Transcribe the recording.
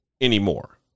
anymore